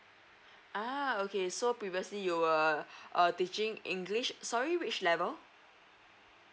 ah okay so previously you were err teaching english sorry which level